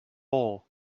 all